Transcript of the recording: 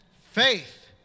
Faith